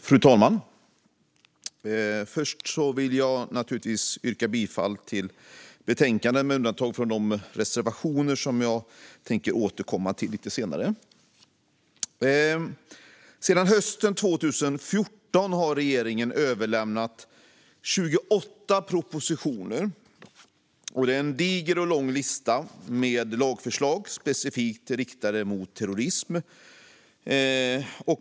En samlad straff-rättslig terrorism-lagstiftning Fru talman! Först vill jag naturligtvis yrka bifall till utskottets förslag i betänkandet, med undantag för de reservationer som jag tänker återkomma till lite senare. Sedan hösten 2014 har regeringen överlämnat 28 propositioner. Det är en diger och lång lista med lagförslag specifikt riktade mot terrorism.